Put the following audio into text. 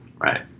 right